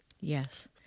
Yes